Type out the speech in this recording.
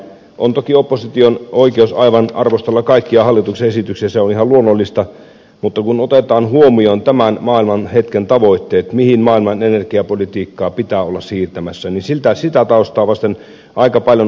on toki opposition oikeus aivan arvostella kaikkia hallituksen esityksiä se on ihan luonnollista mutta kun otetaan huomioon tämän hetken maailman tavoitteet mihin maailman energiapolitiikkaa pitää olla siirtämässä niin sitä taustaa vasten aika paljon uskallan ihmetellä ed